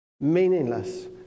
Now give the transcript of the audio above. meaningless